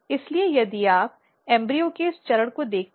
इसलिए यदि आप भ्रूण के इस चरण को देखते हैं